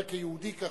כיהודי כרגע.